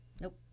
Nope